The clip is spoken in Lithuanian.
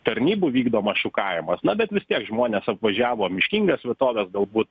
tarnybų vykdomas šukavimas na bet vis tiek žmonės apvažiavo miškingas vietoves galbūt